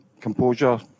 composure